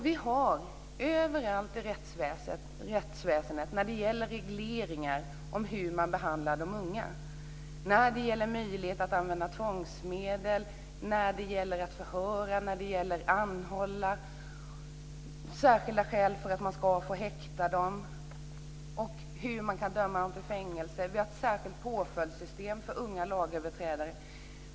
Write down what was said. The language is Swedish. Vi har överallt i rättsväsendet regleringar av hur man behandlar de unga - när det gäller möjlighet att använda tvångsmedel, när det gäller att förhöra, när det gäller att anhålla. Vi har särskilda skäl för att man ska få häkta dem och särskilda regler för hur man kan döma dem till fängelse. Vi har ett särskilt påföljdssystem för unga lagöverträdare.